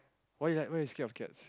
why is that why you're scared of cats